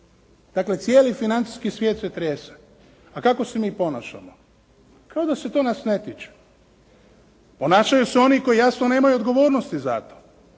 Dakle, cijeli financijski svijet se trese. A kako se mi ponašamo? Kao da se to nas ne tiče. Ponašaju se oni koji jasno nemaju odgovornosti za to.